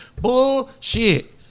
Bullshit